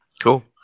Cool